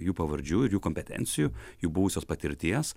jų pavardžių ir jų kompetencijų jų buvusios patirties